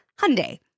Hyundai